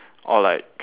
or like